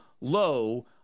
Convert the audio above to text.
low